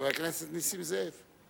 חבר הכנסת נסים זאב.